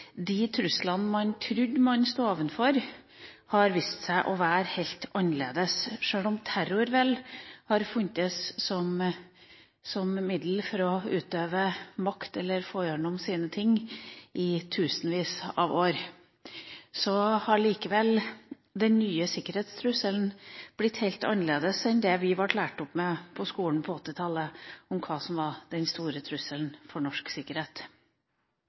de truslene man tror man står overfor, har vist seg å være helt annerledes. Selv om terror har funnes som middel for å utøve makt eller få igjennom ting i tusenvis av år, har likevel den nye sikkerhetstrusselen for Norge blitt helt annerledes enn det vi lærte på skolen på 1980-tallet. På samme måte som første verdenskrig ble en annen krig enn det man trodde den